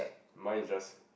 mine is just